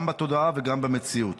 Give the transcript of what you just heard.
גם בתודעה וגם במציאות.